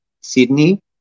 Sydney